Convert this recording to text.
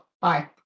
Bye